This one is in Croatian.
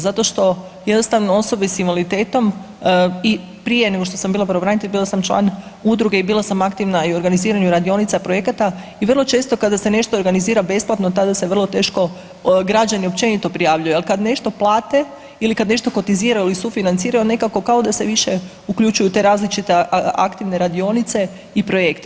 Zato što jednostavno osobe s invaliditetom i prije nego što sam bila pravobranitelj bila sam član udruge i bila sam aktivna i u organiziranju radionica, projekata i vrlo često kada se nešto organizira besplatno tada se vrlo teško građani općenito prijavljuju, al kad nešto plate ili kad nešto kotiziraju ili sufinanciraju nekako kao da se više uključuju u te različite aktivne radionice i projekte.